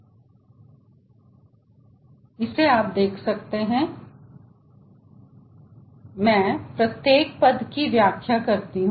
m he Ve22 gZe m hi Vi22 gZi Q − W मुझे प्रत्येक पद की व्याख्या करने दे